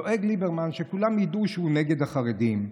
דואג ליברמן שכולם ידעו שהוא נגד החרדים.